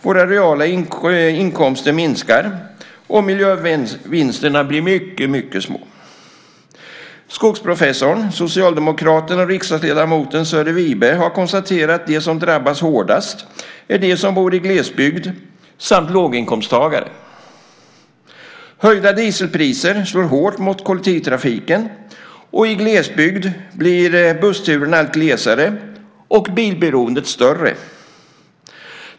Våra reala inkomster minskar, och miljövinsterna blir mycket små. Skogsprofessorn, socialdemokraten och riksdagsledamoten Sören Wibe har konstaterat att de som drabbas hårdast är de som bor i glesbygd samt låginkomsttagare. Höjda dieselpriser slår hårt mot kollektivtrafiken. I glesbygd blir bussturerna allt glesare och bilberoendet större.